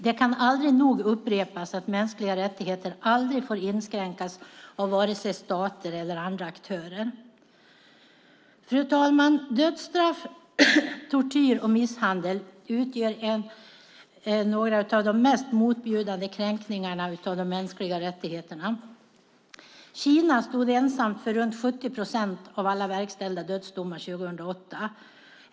Det kan aldrig nog upprepas att mänskliga rättigheter aldrig får inskränkas av vare sig stater eller andra aktörer. Fru talman! Dödsstraff, tortyr och misshandel utgör några av de mest motbjudande kränkningarna av de mänskliga rättigheterna. Kina stod ensamt för runt 70 procent av alla verkställda dödsdomar 2008.